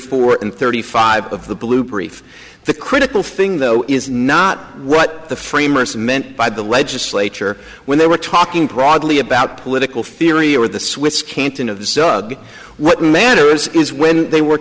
and thirty five of the blue brief the critical thing though is not what the framers meant by the legislature when they were talking broadly about political theory or the swiss canton of the zug what matters is when they were